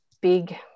big